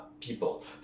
people